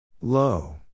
Low